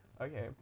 Okay